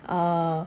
uh